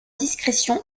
discrétion